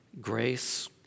grace